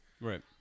Right